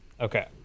Okay